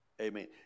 Amen